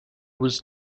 was